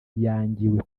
yangiwe